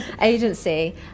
agency